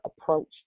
approach